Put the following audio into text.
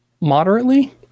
Moderately